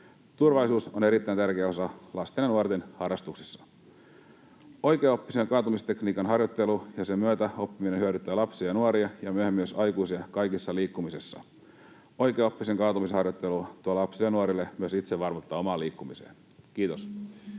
Turvallisuus on erittäin tärkeä osa lasten ja nuorten harrastuksissa. Oikeaoppisen kaatumistekniikan harjoittelu ja sen myötä oppiminen hyödyttää lapsia ja nuoria ja myöhemmin myös aikuisia kaikessa liikkumisessa. Oikeaoppinen kaatumisharjoittelu tuo lapsille ja nuorille myös itsevarmuutta omaan liikkumiseen. — Kiitos.